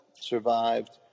survived